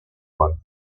one